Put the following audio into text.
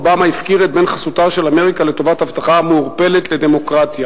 אובמה הפקיר את בן חסותה של אמריקה לטובת הבטחה מעורפלת לדמוקרטיה.